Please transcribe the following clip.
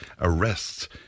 arrests